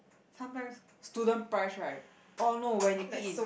sometimes student price right orh no when you eat in